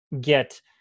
get